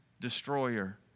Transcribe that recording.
destroyer